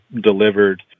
delivered